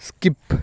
skip